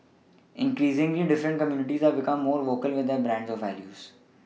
increasingly different communities have become more vocal with their brand of values